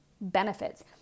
benefits